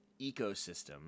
ecosystem